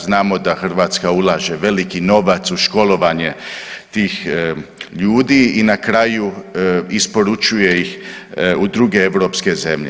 Znamo da Hrvatska ulaže veliki novac u školovanje tih ljudi i na kraju isporučuje ih u druge europske zemlje.